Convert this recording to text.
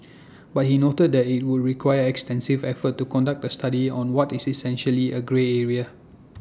but he noted that IT would require extensive efforts to conduct A study on what is essentially A grey area